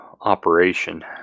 operation